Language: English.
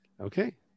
Okay